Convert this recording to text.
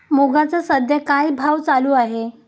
मुगाचा सध्या काय भाव चालू आहे?